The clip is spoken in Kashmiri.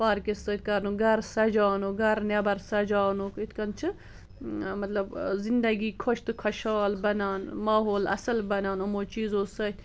پارکہِ سۭتۍ کرنُک گرٕ سجاونُک گرِ نٮ۪بر سجاونُک یِتھ کٔنۍ چھِ اۭں مطلب زندگی خۄش تہِ خۄشحال بنان ماحول اصِل بنان یِمو چِیزو سۭتۍ